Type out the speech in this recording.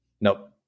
Nope